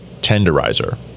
tenderizer